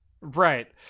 Right